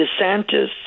DeSantis